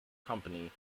company